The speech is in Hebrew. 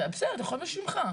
אתה יכול בשמך.